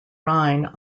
rhine